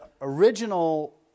original